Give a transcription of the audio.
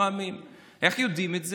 איך יודעים את זה?